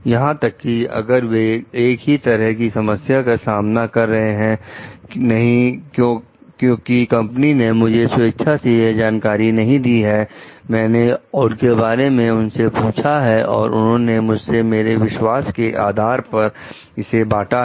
यहां तक कि अगर वे एक ही तरह की समस्या का सामना कर रहे हैं नहीं क्योंकि कंपनी ने मुझे स्वेच्छा से वह जानकारी नहीं दी है मैंने उसके बारे में उनसे पूछा है और उन्होंने मुझसे मेरे विश्वास के आधार पर इसे बांटा है